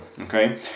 Okay